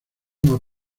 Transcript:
más